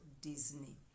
Disney